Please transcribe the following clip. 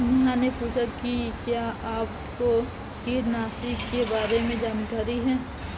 नेहा ने पूछा कि क्या आपको कीटनाशी के बारे में जानकारी है?